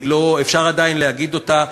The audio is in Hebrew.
אפשר עדיין להגיד אותה,